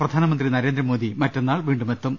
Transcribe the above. പ്രധാനമന്ത്രി നരേന്ദ്ര മോദി മറ്റന്നാൾ വീണ്ടുമെത്തും